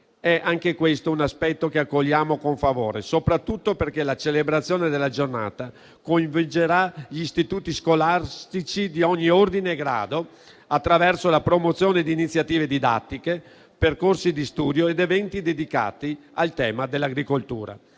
È anche questo un aspetto che accogliamo con favore, soprattutto perché la celebrazione della giornata coinvolgerà gli istituti scolastici di ogni ordine e grado attraverso la promozione di iniziative didattiche, percorsi di studio ed eventi dedicati al tema dell'agricoltura.